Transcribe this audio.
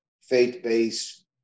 faith-based